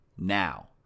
Now